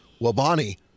Wabani